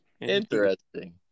Interesting